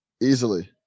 Easily